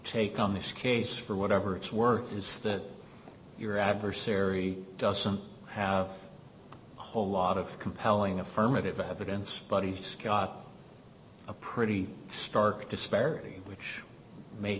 take on this case for whatever it's worth is that your adversary doesn't have a whole lot of compelling affirmative evidence buddy scott a pretty stark disparity which may